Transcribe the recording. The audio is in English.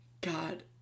God